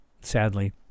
sadly